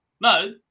No